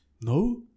no